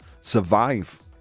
survive